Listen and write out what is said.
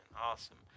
awesome